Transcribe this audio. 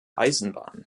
eisenbahn